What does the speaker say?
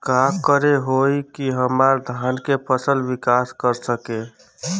का करे होई की हमार धान के फसल विकास कर सके?